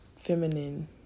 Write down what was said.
feminine